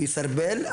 הוא יסרבל,